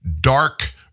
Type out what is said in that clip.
dark